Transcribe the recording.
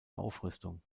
aufrüstung